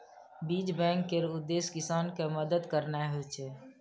बीज बैंक केर उद्देश्य किसान कें मदति करनाइ होइ छै